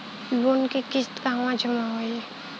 Loan के किस्त कहवा जामा होयी?